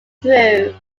through